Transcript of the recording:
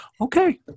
okay